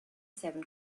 seven